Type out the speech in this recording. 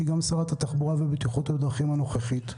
שהיא גם שרת התחבורה והבטיחות בדרכים הנוכחית,